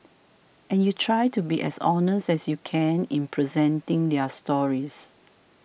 and you try to be as honest as you can in presenting their stories